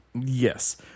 Yes